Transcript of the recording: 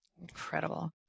Incredible